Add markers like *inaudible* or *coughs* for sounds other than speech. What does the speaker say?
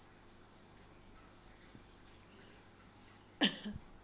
*coughs*